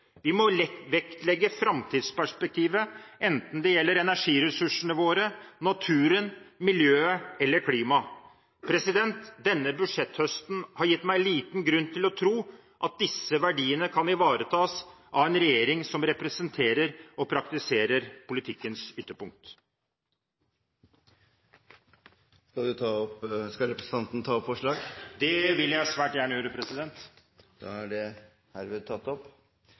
Vi må vektlegge framtidsperspektivet, enten det gjelder energiressursene våre, naturen, miljøet eller klimaet. Denne budsjetthøsten har gitt meg liten grunn til å tro at disse verdiene kan ivaretas av en regjering som representerer og praktiserer politikkens ytterpunkt. Skal representanten ta opp forslag? Det vil jeg svært gjerne. Da har representanten Terje Aasland tatt opp